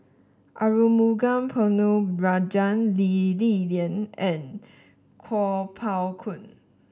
Arumugam Ponnu Rajah Lee Li Lian and Kuo Pao Kun